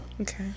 Okay